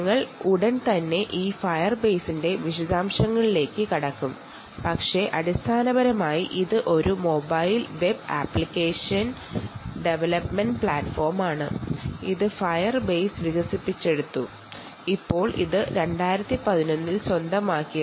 ഞങ്ങൾ ഉടൻ തന്നെ ഈ ഫയർ ബേസിന്റെ വിശദാംശങ്ങളിലേക്ക് വരും പക്ഷേ ഇത് ഒരു മൊബൈൽ വെബ് ആപ്ലിക്കേഷൻ ഡെവലപ്മെന്റ് പ്ലാറ്റ്ഫോമാണ് ഇത് ഫയർ ബേസാണ് വികസിപ്പിച്ചെടുത്തത് ഇത് 2014 ൽ ഗൂഗിൾ സ്വന്തമാക്കി